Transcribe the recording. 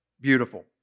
beautiful